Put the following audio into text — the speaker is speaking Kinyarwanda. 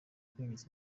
kwinjiza